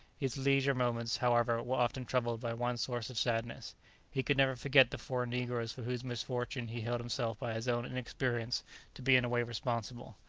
his leisure moments, however, were often troubled by one source of sadness he could never forget the four negroes for whose misfortunes he held himself by his own inexperience to be in a way responsible.